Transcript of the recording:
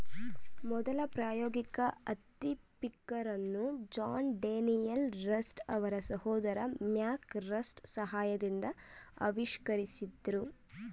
ಮೊದಲ ಪ್ರಾಯೋಗಿಕ ಹತ್ತಿ ಪಿಕ್ಕರನ್ನು ಜಾನ್ ಡೇನಿಯಲ್ ರಸ್ಟ್ ಅವರ ಸಹೋದರ ಮ್ಯಾಕ್ ರಸ್ಟ್ ಸಹಾಯದಿಂದ ಆವಿಷ್ಕರಿಸಿದ್ರು